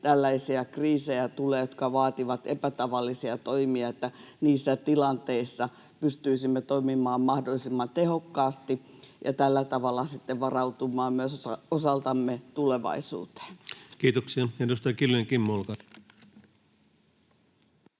tällaisia kriisejä, jotka vaativat epätavallisia toimia, että niissä tilanteissa pystyisimme toimimaan mahdollisimman tehokkaasti ja tällä tavalla myös varautumaan osaltamme tulevaisuuteen. [Speech 197] Speaker: Ensimmäinen